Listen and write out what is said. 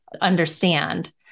understand